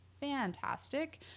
fantastic